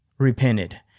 repented